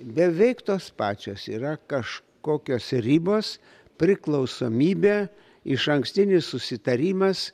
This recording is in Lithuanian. beveik tos pačios yra kažkokios ribos priklausomybė išankstinis susitarimas